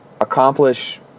accomplish